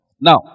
Now